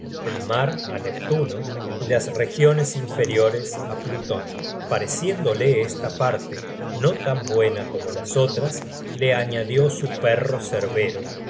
el mar á neptuno y las regiones inferiores á pluton pareciéndole esta parte no tan buena como las otras la añadió su perro cerbero